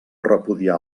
repudiar